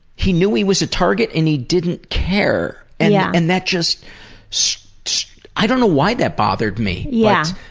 he knew he was a target, and he didn't care. and yeah and that just so i don't know why that bothered me. yeah